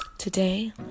Today